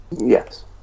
Yes